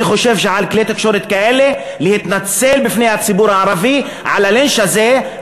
אני חושב שעל כלי תקשורת כאלה להתנצל בפני הציבור הערבי על הלינץ' הזה,